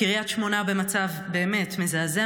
קריית שמונה במצב באמת מזעזע.